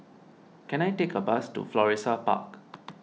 can I take a bus to Florissa Park